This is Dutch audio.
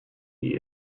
die